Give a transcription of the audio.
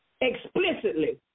explicitly